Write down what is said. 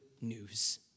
news